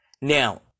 now